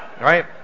right